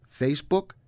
Facebook